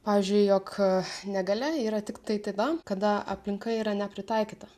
pavyzdžiui jog negalia yra tiktai tada kada aplinka yra nepritaikyta